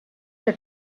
que